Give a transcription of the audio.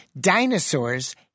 Dinosaurs